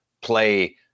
play